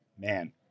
man